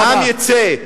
העם יצא,